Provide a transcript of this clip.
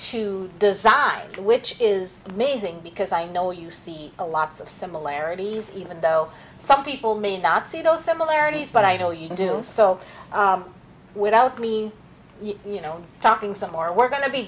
to design which is amazing because i know you see a lots of similarities even though some people may not see those similarities but i know you can do so without me you know talking some more we're going to be